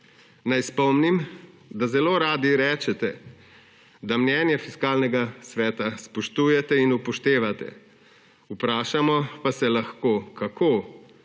Naj spomnim, da zelo radi rečete, da mnenje Fiskalnega sveta spoštujete in upoštevate, vprašamo pa se lahko, kako.